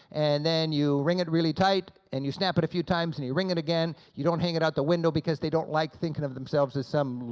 and then you wring it really tight, and you snap a few times, and you wring it again. you don't hang it out the window because they don't like thinking of themselves as some,